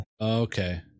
Okay